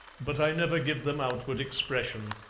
but i never give them outward expression.